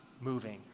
moving